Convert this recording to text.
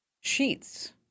Sheets